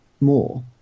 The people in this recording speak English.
more